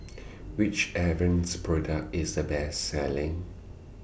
Which Avene's Product IS A Best Selling